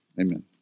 Amen